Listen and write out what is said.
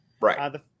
right